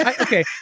Okay